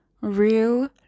real